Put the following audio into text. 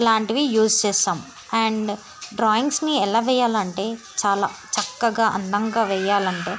లాంటివి యూజ్ చేస్తాం అండ్ డ్రాయింగ్స్ని ఎలా వేయాలి అంటే చాలా చక్కగా అందంగా వేయాలి అంటే